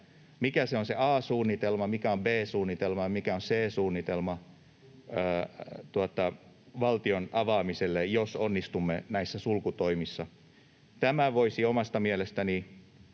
mikä on A-suunnitelma, mikä on B-suunnitelma ja mikä on C-suunnitelma valtion avaamiselle, jos onnistumme näissä sulkutoimissa. Tämä voisi omasta mielestäni